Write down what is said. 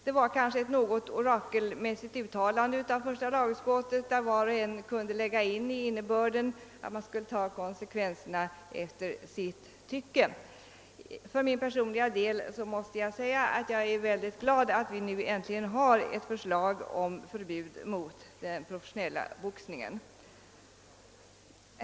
Det var kanske ett något orakelmässigt uttalande av första lagutskottet, i vilket var och en alltefter tycke kunde lägga in olika innebörd. För min personliga del måste jag säga att jag är mycket glad över att vi nu äntligen har fått ett förslag om förbud mot den professionella boxningen.